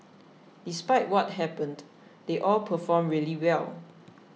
despite what happened they all performed really well